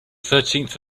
thirteenth